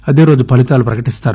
అదేరోజు ఫలితాలు ప్రకటిస్తారు